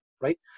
Right